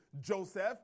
Joseph